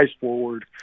forward